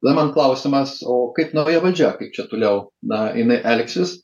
na man klausimas o kaip nauja valdžia kaip čia toliau na jinai elgsis